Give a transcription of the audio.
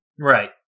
Right